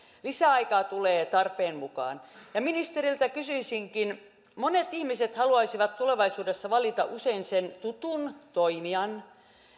lisäaikaa tulee tarpeen mukaan ministeriltä kysyisinkin monet ihmiset haluaisivat tulevaisuudessa valita usein sen tutun toimijan